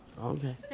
Okay